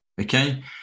okay